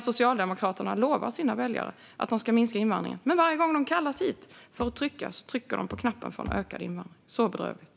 Socialdemokraterna lovar sina väljare att de ska minska invandringen, men varje gång de kallas hit för att trycka trycker de på knappen för ökad invandring. Det är så bedrövligt.